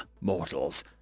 mortals